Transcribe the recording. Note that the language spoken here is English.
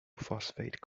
phosphate